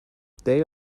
they